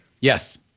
Yes